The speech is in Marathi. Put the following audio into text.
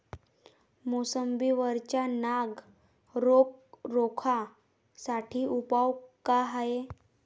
मोसंबी वरचा नाग रोग रोखा साठी उपाव का हाये?